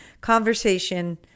conversation